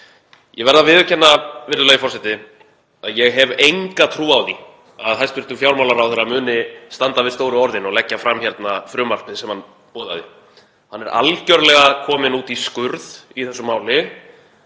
Ég verð að viðurkenna, virðulegi forseti, að ég hef enga trú á því að hæstv. fjármálaráðherra muni standa við stóru orðin og leggja fram frumvarpið sem hann boðaði. Hann er algjörlega kominn út í skurð í þessu máli